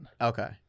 Okay